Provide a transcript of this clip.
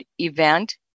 event